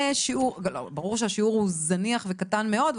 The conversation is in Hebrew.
ברור שהשיעור הוא זניח וקטן מאוד.